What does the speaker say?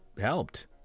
helped